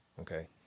okay